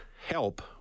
help